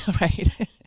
Right